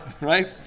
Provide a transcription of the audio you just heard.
right